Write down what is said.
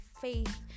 faith